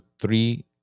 three